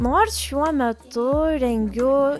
nors šiuo metu rengiu